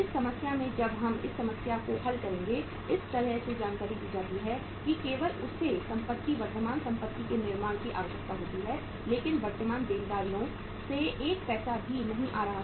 इस समस्या में जब हम इस समस्या को हल करेंगे इस तरह से जानकारी दी जाती है कि केवल उसे संपत्ति वर्तमान संपत्ति के निर्माण की आवश्यकता होती है लेकिन वर्तमान देनदारियों से एक पैसा भी नहीं आ रहा है